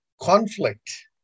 conflict